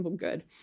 um good.